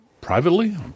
privately